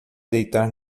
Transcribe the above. deitar